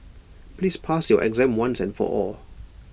please pass your exam once and for all